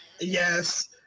Yes